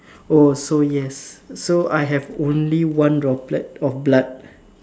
oh so yes so I have only one droplet of blood